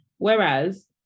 Whereas